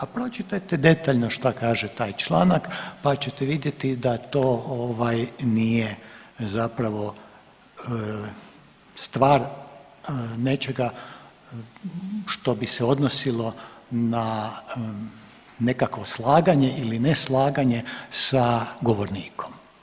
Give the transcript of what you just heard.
A pročitajte detaljno šta kaže taj članak pa ćete vidjeti da to nije zapravo stvar nečega što bi se odnosilo na nekakvo slaganje ili ne slaganje s govornikom.